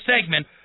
segment